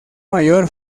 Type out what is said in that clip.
mayor